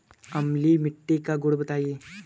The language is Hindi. अम्लीय मिट्टी का गुण बताइये